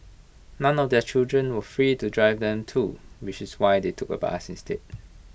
none of their children were free to drive them too which was why they took A bus instead